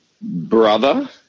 brother